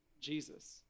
Jesus